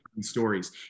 stories